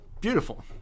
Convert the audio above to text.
Beautiful